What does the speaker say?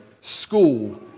school